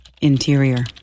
interior